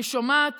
אני שומעת